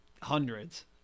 hundreds